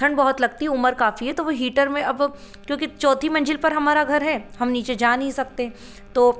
ठंड बहुत लगती है उम्र काफी है तो वो हीटर में अब क्योंकि चौथी मंजिल पर हमारा घर है हम नीचे जा नहीं सकते तो